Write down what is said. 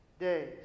days